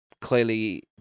clearly